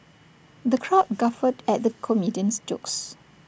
the crowd guffawed at the comedian's jokes